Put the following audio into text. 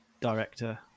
director